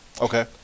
Okay